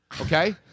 Okay